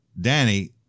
Danny